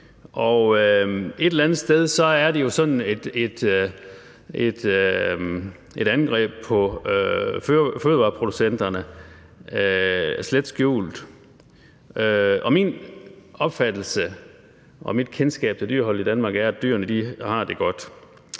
det jo sådan et slet skjult angreb på fødevareproducenterne, og min opfattelse af og mit kendskab til dyrehold i Danmark er, at dyrene har det godt.